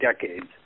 decades